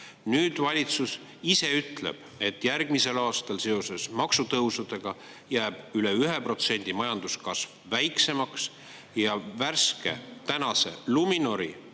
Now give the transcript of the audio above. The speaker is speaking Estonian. Nüüd valitsus ise ütleb, et järgmisel aastal seoses maksutõusudega jääb majanduskasv väiksemaks üle 1%, ja värske, tänase Luminori